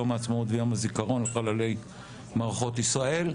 יום העצמאות ויום הזיכרון לחללי מערכות ישראל,